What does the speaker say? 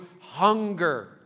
hunger